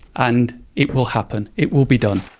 and it will happen. it will be done,